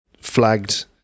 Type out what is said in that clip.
flagged